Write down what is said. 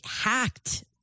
hacked